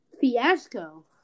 fiasco